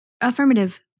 Affirmative